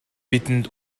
бидэнд